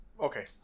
Okay